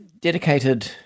dedicated